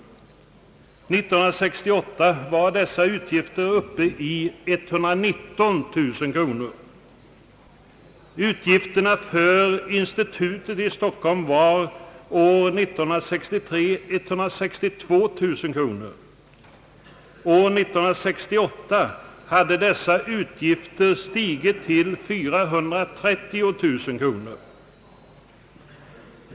År 1968 var dessa utgifter uppe i 119 000 kronor. Utgifterna för institutet i Stockholm uppgick år 1963 till 162 000 kronor. År 1968 hade dessa utgifter stigit till 430 000 kronor.